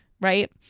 right